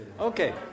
Okay